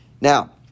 Now